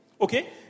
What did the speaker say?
Okay